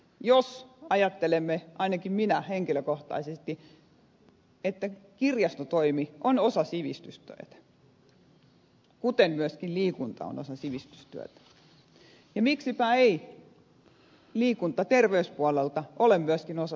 jos ajattelemme ainakin minä henkilökohtaisesti että kirjastotoimi on osa sivistystyötä kuten myöskin liikunta on osa sivistystyötä niin miksipä ei liikunta terveyspuolelta ole myöskin osa sosiaali ja terveystoimea